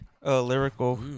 Lyrical